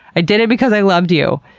i did it because i love you.